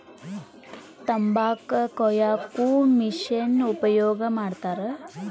ತಂಬಾಕ ಕೊಯ್ಯಾಕು ಮಿಶೆನ್ ಉಪಯೋಗ ಮಾಡತಾರ